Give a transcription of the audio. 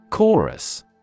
Chorus